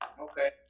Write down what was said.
Okay